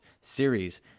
series